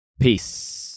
Peace